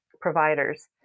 providers